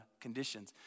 conditions